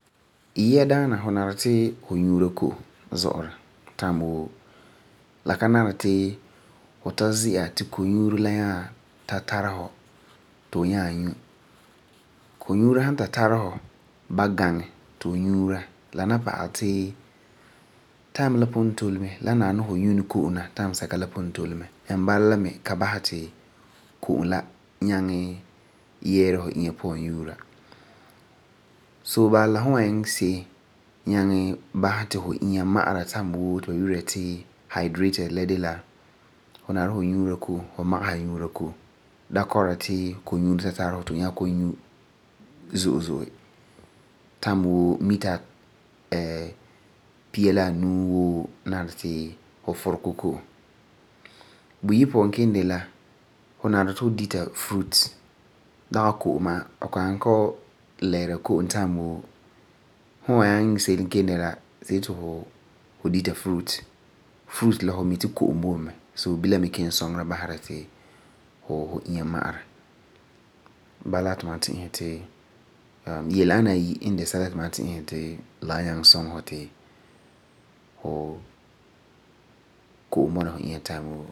Yia daana, fu nari ti fu nyuura koom zo'ora time woo. La ka nari ti fu ta zia ti konyuuro la nyaa ta tara fu dee ti fu nyaa nyu. Konyuuro san ta tara fu ba baŋɛ dee ti fu nyuura la ba pa'alɛ ti time la pugum tole mɛ, la nari no fu nyu ni ko'om la sansɛka la pugum tole mɛ. And bala la mi ka basɛ ri ko'om nyaŋɛ yɛɛra fu inya puan yuura. So, bala la, fu wan nyaŋɛ iŋɛ se'em nyaŋɛ basɛ ti fu inya ma'ara time woo ti ba yi'ira ti hydrated la, de la fu magesa time woo nyuura ko'om. Buyi puan kelum de la fu nari ti fu dita fruits. Dagi ko'om ma'a, fu kan nyaŋɛ kɔ'ɔm lɛɛra ko'om time woo. Bala ti ma ti'isɛ ti yele ana ayi n de sɛla ti ba ti'isɛ ti la wan nyaŋɛ suŋɛ fu ti ko'om bɔna fu inya time woo.